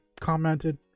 commented